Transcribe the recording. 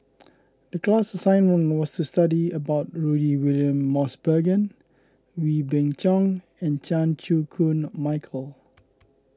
the class assignment was to study about Rudy William Mosbergen Wee Beng Chong and Chan Chew Koon Michael